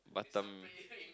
Batam